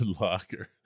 locker